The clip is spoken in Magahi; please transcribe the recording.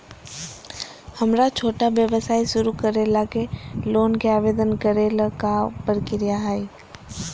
हमरा छोटा व्यवसाय शुरू करे ला के लोन के आवेदन करे ल का प्रक्रिया हई?